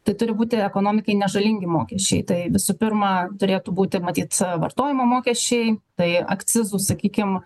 tai turi būti ekonomikai nežalingi mokesčiai tai visų pirma turėtų būti matyt vartojimo mokesčiai tai akcizų sakykim